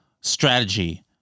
strategy